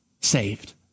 saved